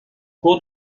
cours